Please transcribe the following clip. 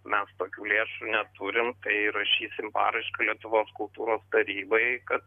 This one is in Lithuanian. mes tokių lėšų neturim tai rašysim paraišką lietuvos kultūros tarybai kad